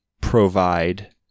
provide